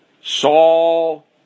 Saul